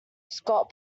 scott